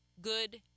good